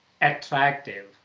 attractive